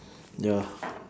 ya